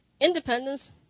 Independence